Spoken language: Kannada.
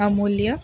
ಅಮೂಲ್ಯ